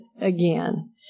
again